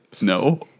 No